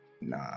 nah